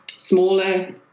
Smaller